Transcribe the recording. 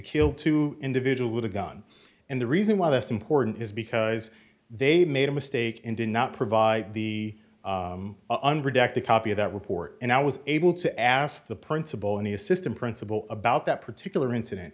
kill two individuals with a gun and the reason why that's important is because they made a mistake and did not provide the unproductive copy of that report and i was able to ask the principal and the assistant principal about that particular incident